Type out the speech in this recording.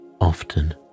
often